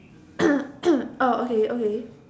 oh okay okay